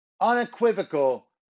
unequivocal